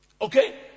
Okay